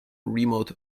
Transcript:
remote